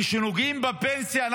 כשנוגעים בפנסיה.